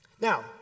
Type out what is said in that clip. Now